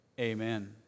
amen